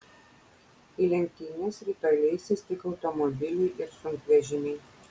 į lenktynes rytoj leisis tik automobiliai ir sunkvežimiai